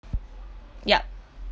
ya